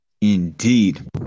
Indeed